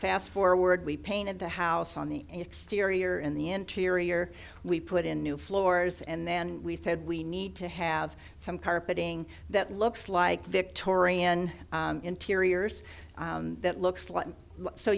fast forward we painted the house on the exterior and the interior we put in new floors and then we said we need to have some carpeting that looks like victorian interiors that looks like so